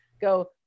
go